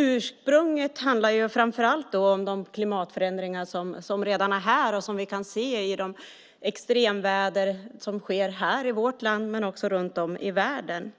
Ursprunget är framför allt de klimatförändringar som redan är här och som vi kan se i det extremväder vi har här i vårt land och runt om i världen.